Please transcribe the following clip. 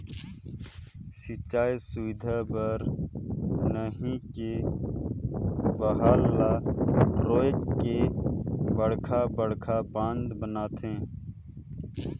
सिंचई सुबिधा बर नही के बहाल ल रोयक के बड़खा बड़खा बांध बनाथे